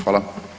Hvala.